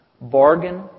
Bargain